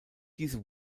diese